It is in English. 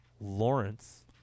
Lawrence